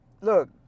look